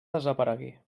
desaparegué